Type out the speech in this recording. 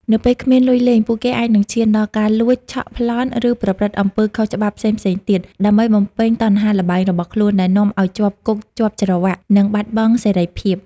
នៅពេលគ្មានលុយលេង ពួកគេអាចនឹងឈានដល់ការលួច ឆក់ ប្លន់ ឬប្រព្រឹត្តអំពើខុសច្បាប់ផ្សេងៗទៀត ដើម្បីបំពេញតណ្ហាល្បែងរបស់ខ្លួន ដែលនាំឲ្យជាប់គុកជាប់ច្រវាក់ និងបាត់បង់សេរីភាព។